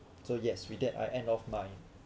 so yes with that I end off mine